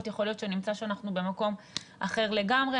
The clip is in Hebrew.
יכול להיות שנמצא שאנחנו במקום אחר לגמרי,